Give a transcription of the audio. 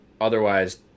Otherwise